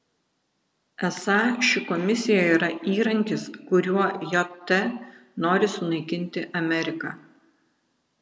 esą ši komisija yra įrankis kuriuo jt nori sunaikinti ameriką